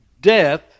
death